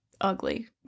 ugly